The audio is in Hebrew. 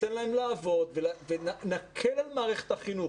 ניתן להם לעבוד ונקל על מערכת החינוך.